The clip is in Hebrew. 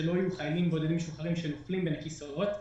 שחיילים בודדים משוחררים ייפלו בין הכיסאות.